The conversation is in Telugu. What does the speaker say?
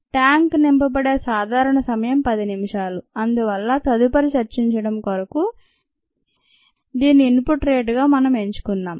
ట్యాంకు నింపబడే సాధారణ సమయం 10 నిమిషాలు అందువల్ల తదుపరి చర్చించడం కొరకు దీనిని ఇన్ పుట్ రేటుగా మనం ఎంచుకుందాం